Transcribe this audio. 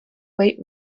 weight